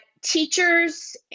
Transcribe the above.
teachers